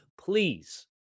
please